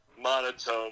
monotone